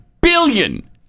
billion